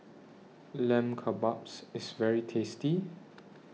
Lamb Kebabs IS very tasty